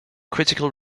critical